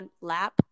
lap